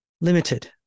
limited